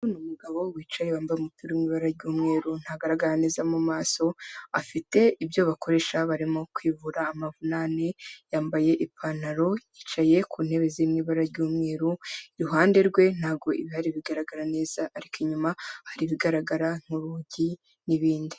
Umugabo wicaye wambaye umupira uri mu ibara ry'umweru ntagaragara neza mu maso, afite ibyo bakoresha barimo kwivura amavunane, yambaye ipantaro, yicaye ku ntebe ziri mu ibara ry'umweru, iruhande rwe ntabwo ibihari bigaragara neza ariko inyuma hari ibigaragara nk'urugi n'ibindi.